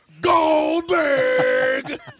Goldberg